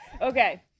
Okay